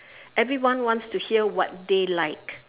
everyone wants to hear what they like